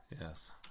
Yes